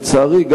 לצערי,